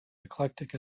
eclectic